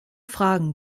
fragen